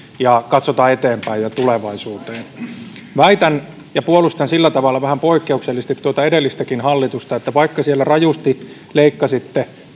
ja katsotaan eteenpäin ja tulevaisuuteen väittäisin ja puolustan sillä tavalla vähän poikkeuksellisesti tuota edellistäkin hallitusta että vaikka siellä rajusti leikkasitte